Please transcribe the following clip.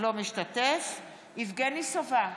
בהצבעה יבגני סובה,